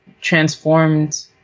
transformed